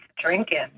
drinking